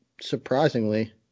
surprisingly